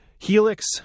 Helix